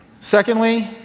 Secondly